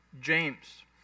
James